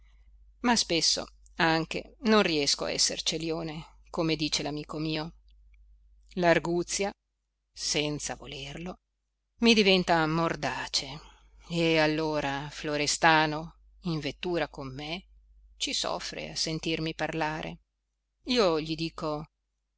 ma spesso anche non riesco a esser celione come dice l'amico mio l'arguzia senza volerlo mi diventa mordace e allora florestano in vettura con me ci soffre a sentirmi parlare io gli dico